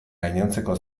gainontzeko